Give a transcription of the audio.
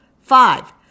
Five